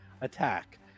attack